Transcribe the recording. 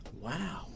Wow